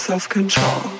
Self-control